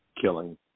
killing